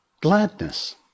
Gladness